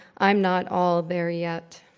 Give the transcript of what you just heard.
i'm not all there yet.